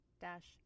dash